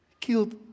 killed